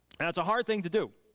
and that's a hard thing to do.